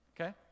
Okay